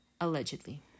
allegedly